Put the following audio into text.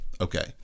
okay